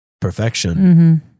Perfection